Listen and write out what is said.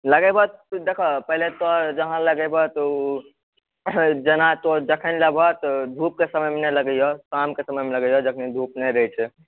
लगेबऽ तऽ देखऽ पहिले तऽ जहाँ लगेबऽ तू जेना तो जहन लेबऽ तऽ धूप के समयमे नहि लगेहिए शामके समयमे लगेहिए जखनी धूप नहि रहै छै